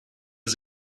was